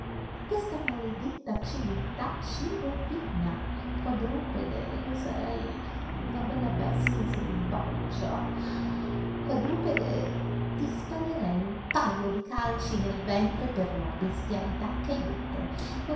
questa maledetta civiltà ci rovina quadrupede io sarei una bella bestia selvaggia quadrupede ti sparerei un pajo di calci nel ventre per le bestialità che hai detto